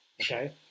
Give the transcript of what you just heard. Okay